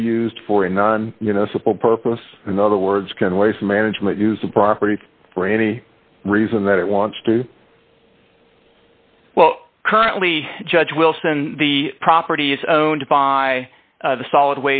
be used for a non you know simple purpose in other words can waste management use the property for any reason that it wants to well currently judge wilson the property is of owned by the solid